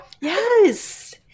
yes